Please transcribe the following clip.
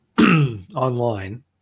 online